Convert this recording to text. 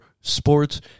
sports